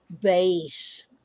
base